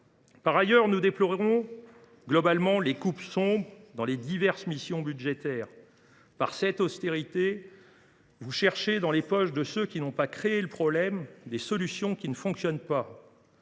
générale, nous déplorons les coupes claires dans les diverses missions budgétaires. Par cette austérité, vous cherchez dans les poches de ceux qui n’ont pas créé le problème des solutions qui ne fonctionnent pas